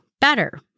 better